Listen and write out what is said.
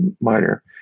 minor